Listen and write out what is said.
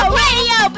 radio